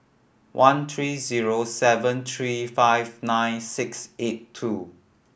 one three zero seven three five nine six eight two